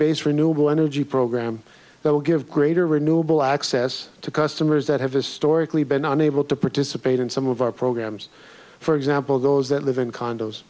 based renewable energy program that will give greater renewable access to customers that have historically been unable to participate in some of our programs for example those that live in condos